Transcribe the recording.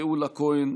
גאולה כהן,